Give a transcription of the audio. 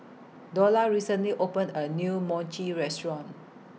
Dola recently opened A New Mochi Restaurant